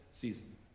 season